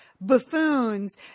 buffoons